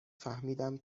فهمیدم